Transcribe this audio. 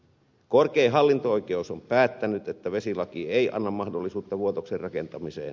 korkein hallinto oikeus on päättänyt että vesilaki ei anna mahdollisuutta vuotoksen rakentamiseen